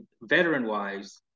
veteran-wise